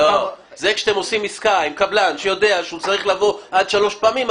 אם אתם עושים עסקה עם קבלן שיודע שהוא צריך לבוא עד שלוש פעמים,